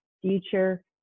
future